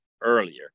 earlier